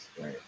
right